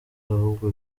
ahubwo